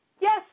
Yes